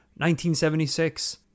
1976